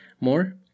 more